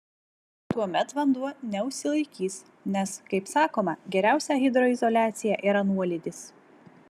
tuomet vanduo neužsilaikys nes kaip sakoma geriausia hidroizoliacija yra nuolydis